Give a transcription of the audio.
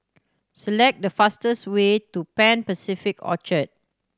select the fastest way to Pan Pacific Orchard